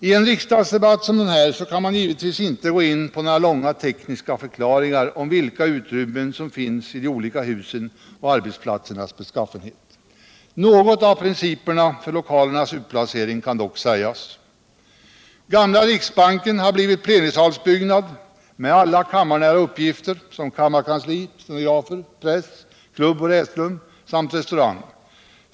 I en riksdagsdebatt som den här kan man givetvis inte gå in på några långa ickniska förklaringar om vilka utrymmen som finns i de olika husen och arbetsplatsernas beskaffenhet. Något om principerna för lokalernas utplacering kan dock sägas. Gamla riksbanken har blivit plenisalsbyggnad med alla kammarnära uppgifter, som kammarkansli, stenografer, press, klubb och läsrum samt restaurang.